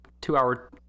two-hour